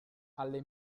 alle